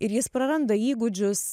ir jis praranda įgūdžius